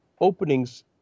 openings